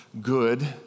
good